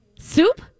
soup